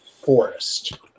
forest